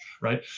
right